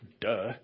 Duh